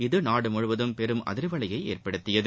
இது நாடுமுழுவதும் பெரும் அதிர்வலையை ஏற்படுத்தியது